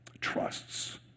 trusts